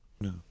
no